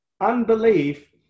Unbelief